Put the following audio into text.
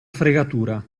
fregatura